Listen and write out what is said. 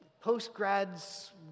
post-grad's